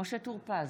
משה טור פז,